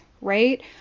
right